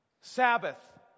Sabbath